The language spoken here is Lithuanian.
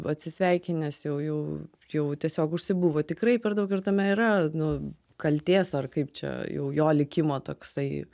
atsisveikinęs jau jų jau tiesiog užsibuvo tikrai per daug ir tame yra nu kaltės ar kaip čia jau jo likimo toksai